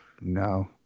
no